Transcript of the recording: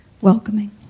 welcoming